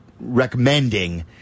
recommending